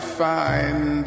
find